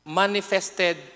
manifested